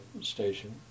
station